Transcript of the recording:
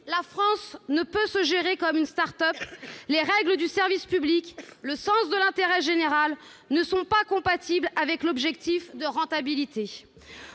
la France ne peut se gérer comme une start-up, les règles du service public et le sens de l'intérêt général ne sont pas compatibles avec l'objectif de rentabilité.